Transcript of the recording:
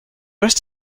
rest